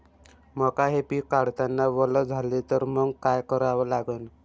मका हे पिक काढतांना वल झाले तर मंग काय करावं लागन?